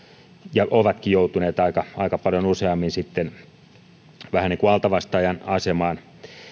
ja ovatkin joutuneet aika aika paljon useammin vähän niin kuin altavastaajan asemaan